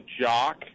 jock